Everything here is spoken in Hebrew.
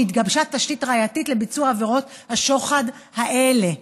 שהתגבשה תשתית ראייתית לביצוע עבירות השוחד האלה.